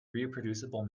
reproducible